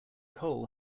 coal